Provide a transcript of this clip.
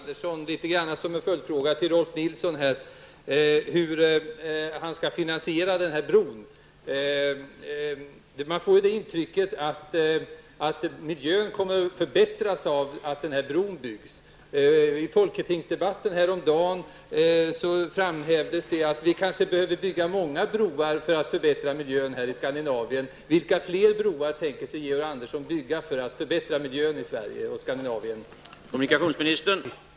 Herr talman! Jag vill fråga kommunikationsminister Georg Andersson, litet grand som en följdfråga till det som anfördes av Öresundsbron. Man får det intrycket att miljön kommer att förbättras av att den här bron byggs. I folketingsdebatten häromdagen framhölls det att vi kanske behöver bygga många broar för att förbättra miljön här i Skandinavien. Vilka fler broar tänker sig Georg Andersson att bygga för att förbättra miljön i Sverige och i Skandinavien i övrigt?